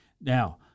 Now